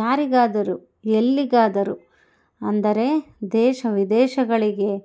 ಯಾರಿಗಾದರು ಎಲ್ಲಿಗಾದರು ಅಂದರೆ ದೇಶ ವಿದೇಶಗಳಿಗೆ